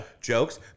jokes